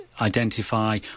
identify